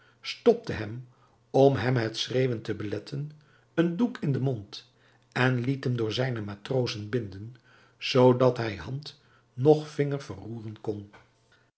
stopte hem om hem het schreeuwen te beletten een doek in den mond en liet hem door zijne matrozen binden zoodat hij hand noch vinger verroeren kon